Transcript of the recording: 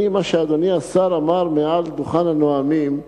מה שאדוני השר אמר מעל דוכן הנואמים,